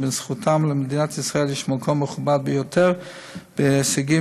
שבזכותם למדינת ישראל יש מקום מכובד ביותר בהישגים